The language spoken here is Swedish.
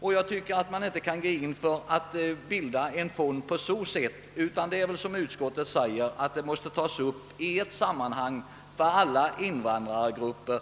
Jag anser därför att man inte kan bilda en fond på det sätt som föreslagits. Denna fråga måste, som utskottet säger, tagas upp i ett sammanhang för alla invandrargrupper.